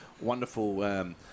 wonderful